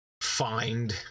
find